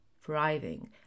thriving